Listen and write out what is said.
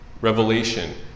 Revelation